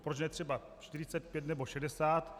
Proč ne třeba 45 nebo 60?